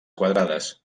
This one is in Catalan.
quadrades